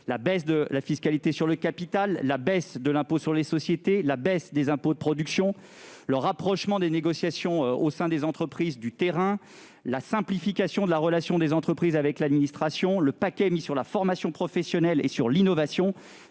La baisse de la fiscalité sur le capital, la baisse de l'impôt sur les sociétés, la baisse des impôts de production, le rapprochement des négociations au sein des entreprises du terrain, la simplification de la relation des entreprises avec l'administration, le paquet mis sur la formation professionnelle et sur l'innovation